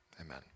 amen